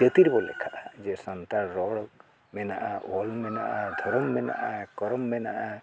ᱡᱟᱹᱛᱤ ᱨᱮᱵᱚ ᱞᱮᱠᱷᱟᱜᱼᱟ ᱡᱮ ᱥᱟᱱᱛᱟᱲ ᱨᱚᱲ ᱢᱮᱱᱟᱜᱼᱟ ᱚᱞ ᱢᱮᱱᱟᱜᱼᱟ ᱫᱷᱚᱨᱚᱢ ᱢᱮᱱᱟᱜᱼᱟ ᱠᱚᱨᱚᱢ ᱢᱮᱱᱟᱜᱼᱟ